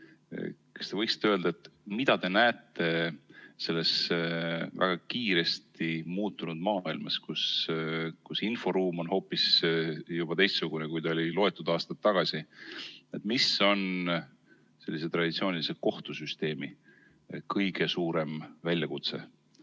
kas te võiksite öelda, mida te näete selles väga kiiresti muutunud maailmas, kus inforuum on juba hoopis teistsugune, kui see oli mõni aasta tagasi. Mis on sellise traditsioonilise kohtusüsteemi kõige suurem väljakutse,